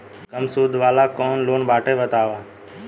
कम सूद वाला कौन लोन बाटे बताव?